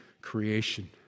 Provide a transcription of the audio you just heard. creation